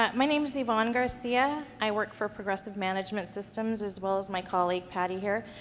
ah my name is yvonne garcia. i work for progressive management systems as well as my colleague, patty, here.